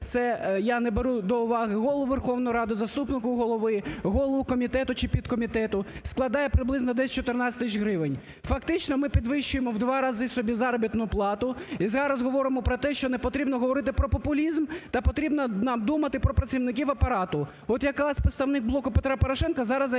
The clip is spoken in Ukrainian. це я не беру до уваги Голову Верховної Ради, заступників Голови, голову комітету чи підкомітету, складає приблизно десь 14 тисяч гривень. Фактично ми підвищуємо у 2 рази собі заробітну плату і зараз говоримо про те, що не потрібно говорити про популізм та потрібно нам думати про працівників Апарату. От якраз представник "Блоку Петра Порошенка" зараз займається